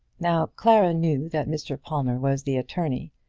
now clara knew that mr. palmer was the attorney,